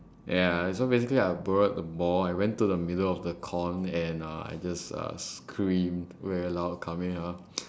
ya so basically I borrowed the ball I went to the middle of the con and uh I just uh screamed very loud kameha